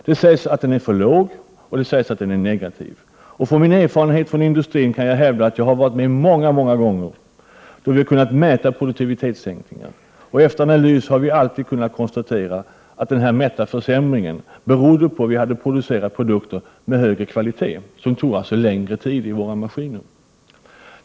Det sägs att denna är för ringa och att den är negativ. Jag har erfarenheter från industrin och kan hävda — för det har jag själv varit med om synnerligen många gånger — att det går att mäta produktivitetssänkningar. När en analys var gjord kunde vi alltid konstatera att den uppmätta försämringen berodde på att vi hade producerat produkter av högre kvalitet — man hade alltså arbetat längre vid maskinen.